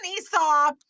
Esau